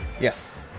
Yes